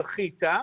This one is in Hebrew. זכית,